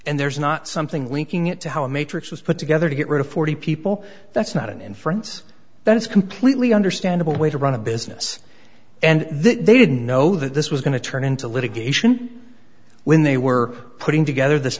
and there's not something linking it to how a matrix was put together to get rid of forty people that's not an inference that it's completely understandable way to run a business and they didn't know that this was going to turn into litigation when they were putting together this